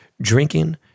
drinking